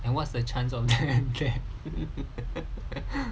and what's the chance of that